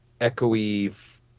echoey